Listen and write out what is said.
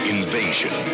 Invasion